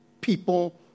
people